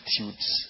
attitudes